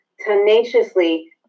tenaciously